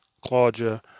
Claudia